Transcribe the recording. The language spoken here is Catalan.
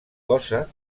cosa